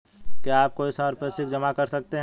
क्या आप कोई संपार्श्विक जमा कर सकते हैं?